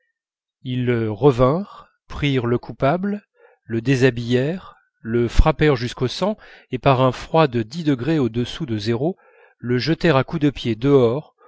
ils revinrent prirent le coupable le déshabillèrent le frappèrent jusqu'au sang et par un froid de dix degrés au-dessous de zéro le jetèrent à coups de pieds dehors